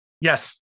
Yes